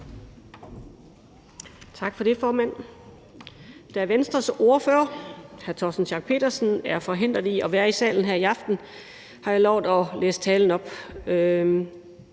Tak for det, formand. Da Venstres ordfører, hr. Torsten Schack Pedersen, er forhindret i at være her i salen i aften, har jeg lovet at læse talen op.